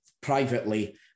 privately